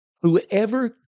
whoever